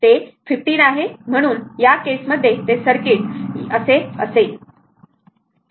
ते 15 आहे म्हणून या केस मध्ये ते सर्किट यासारखे असेल